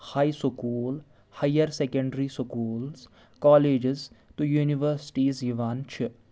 ہاے school higher secondary schools colleges تہٕ universities یِوان چھِ